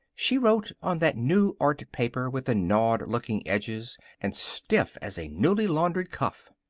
she wrote on that new art paper with the gnawed-looking edges and stiff as a newly laundered cuff.